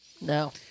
No